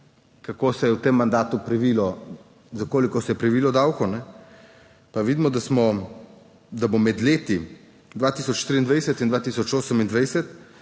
koliko se je v tem mandatu prelilo, koliko se je prelilo davkov. Vidimo, da bo med leti 2023 in 2028